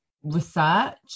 research